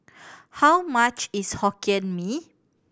how much is Hokkien Mee